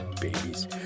babies